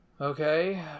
okay